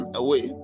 away